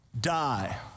die